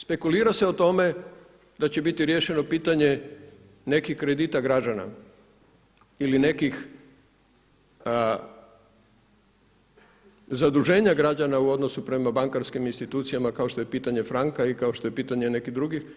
Spekulira se o tome da će bit riješeno pitanje nekih kredita građana ili nekih zaduženja građana u odnosu prema bankarskim institucijama kao što je pitanje franka i kao što je pitanje nekih drugih.